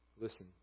Listen